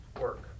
work